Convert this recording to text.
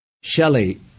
Shelley